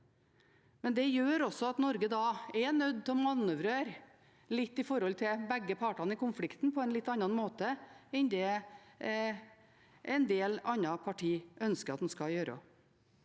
det gjør også at Norge er nødt til å manøvrere i forhold til begge partene i konflikten på en litt annen måte enn det en del andre partier ønsker at en skal gjøre.